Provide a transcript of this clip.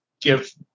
give